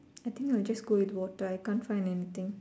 I think I'll just go with water I can't find anything